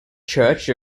church